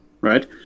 right